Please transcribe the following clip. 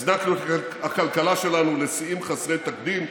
הזנקנו את הכלכלה שלנו לשיאים חסרי תקדים.